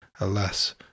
Alas